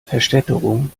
verstädterung